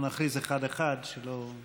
זה בשלבי בדיקה?